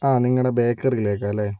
ആ നിങ്ങളുടെ ബേക്കറിയിലേക്കല്ലേ